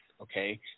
okay